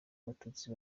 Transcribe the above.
abatutsi